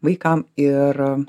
vaikam ir